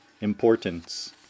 importance